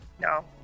no